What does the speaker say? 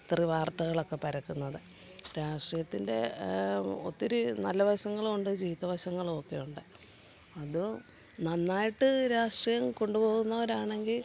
ഇത്തറ് വാർത്തകളൊക്കെ പരത്തുന്നത് രാഷ്ട്രീയത്തിൻ്റെ ഒത്തിരി നല്ലവശങ്ങളുമുണ്ട് ചീത്തവശങ്ങളുമൊക്കെയുണ്ട് അത് നന്നായിട്ട് രാഷ്ട്രീയം കൊണ്ടു പോകുന്നവരാണെങ്കിൽ